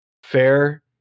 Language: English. Fair